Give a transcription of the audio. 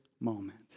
moment